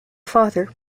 father